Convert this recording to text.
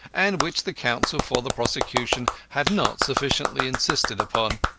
and which the counsel for the prosecution had not sufficiently insisted upon.